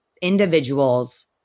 individuals